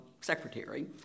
secretary